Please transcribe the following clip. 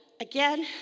again